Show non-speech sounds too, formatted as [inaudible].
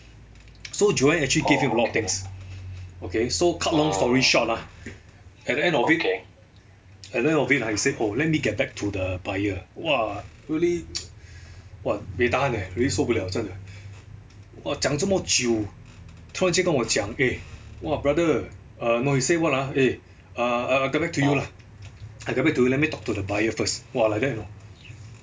so joanne actually gave him a lot of things okay so cut long story short lah at the end of it at the end of it ah he said oh let me get back to the buyer !wah! really [noise] [breath] !wah! buay tahan leh really 受不了真的 !wah! 讲这么久突然间跟我讲 eh !wah! brother err no he say what ah eh err I get back to you lah I get back to you let me talk to the buyer first !wah! like that you know